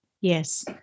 Yes